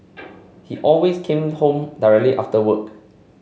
he always came home directly after work